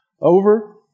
Over